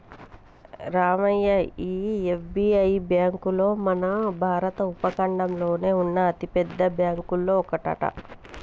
రామయ్య ఈ SBI bank మన భారత ఉపఖండంలోనే ఉన్న అతిపెద్ద బ్యాంకులో ఒకటట